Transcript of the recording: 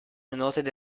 noted